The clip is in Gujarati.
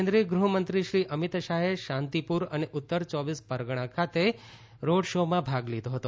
કેન્દ્રિય ગૃહમંત્રી શ્રી અમિત શાહે શાંતિપુર અને ઉત્તર ચોબીસ પરગણા ખાતે રોડ શોમાં ભાગ લીધો હતો